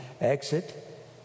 exit